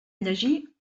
llegir